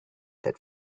that